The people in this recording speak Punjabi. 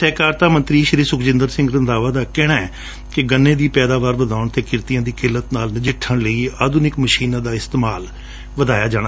ਸਹਿਕਾਰਤਾ ਮੰਤਰੀ ਸੁਖਜੰਦਰ ਸਿੰਘ ਰੰਧਾਵਾ ਦਾ ਕਹਿਣੈ ਕਿ ਗੰਨੇ ਦੀ ਪੈਦਾਵਾਰ ਵਧਾਉਣ ਅਤੇ ਕਿਰਤੀਆਂ ਦੀ ਕਿੱਲਤ ਨਾਲ ਨਜਿੱਠਣ ਲਈ ਆਧੁਨਿਕ ਮਸ਼ੀਨਾਂ ਦਾ ਇਸਤੇਮਾਲ ਵਧਾਇਆ ਜਾਵੇ